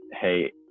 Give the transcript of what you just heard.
hey